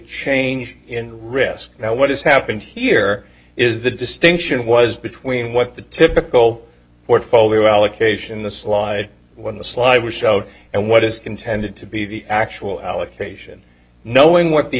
change in risk now what has happened here is the distinction was between what the typical portfolio allocation the slide when the sly was shown and what is intended to be the actual allocation knowing what the